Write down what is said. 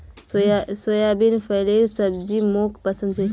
soybean फलीर सब्जी मोक पसंद छे